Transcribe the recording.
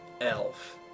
elf